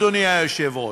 אדוני היושב-ראש?